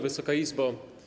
Wysoka Izbo!